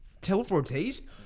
Teleportation